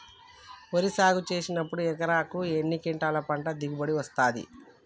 వరి సాగు చేసినప్పుడు ఎకరాకు ఎన్ని క్వింటాలు పంట దిగుబడి వస్తది?